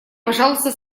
пожалуйста